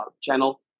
channel